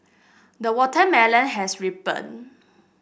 the watermelon has ripened